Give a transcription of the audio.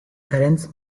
terence